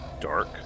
dark